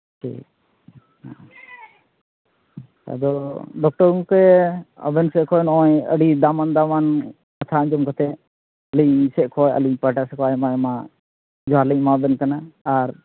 ᱴᱷᱤᱠ ᱦᱮᱸ ᱟᱫᱚ ᱰᱚᱠᱴᱚᱨ ᱜᱚᱢᱠᱮ ᱟᱵᱮᱱ ᱥᱮᱫ ᱠᱷᱚᱱ ᱟᱹᱰᱡᱤ ᱫᱟᱢᱟᱱ ᱫᱟᱢᱟᱱ ᱠᱟᱛᱷᱟ ᱟᱸᱡᱚᱢ ᱠᱟᱛᱮ ᱟᱹᱞᱤᱧ ᱥᱮᱫ ᱠᱷᱚᱱ ᱟᱹᱞᱤᱧ ᱯᱟᱥᱴᱟ ᱥᱮᱫ ᱠᱷᱚᱫ ᱟᱭᱢᱟ ᱟᱭᱢᱟ ᱡᱚᱦᱟᱨ ᱞᱤᱧ ᱮᱢᱟᱵᱤᱱ ᱠᱟᱱᱟ ᱟᱨ